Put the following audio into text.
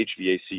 HVAC